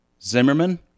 Zimmerman